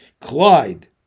Clyde